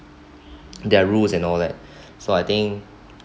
their rules and all that so I think